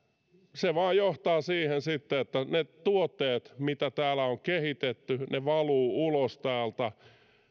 se vain johtaa sitten siihen että että ne tuotteet mitä täällä on kehitetty valuvat ulos täältä